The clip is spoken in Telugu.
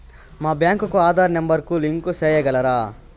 మా బ్యాంకు కు ఆధార్ నెంబర్ కు లింకు సేయగలరా?